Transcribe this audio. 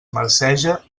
marceja